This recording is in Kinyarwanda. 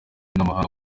n’amahanga